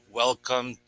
welcome